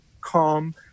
calm